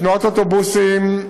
תנועת אוטובוסים,